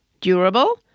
durable